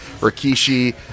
Rikishi